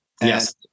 Yes